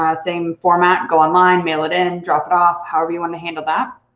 ah same format, go online, mail it in, drop it off. however you wanna handle that.